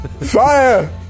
Fire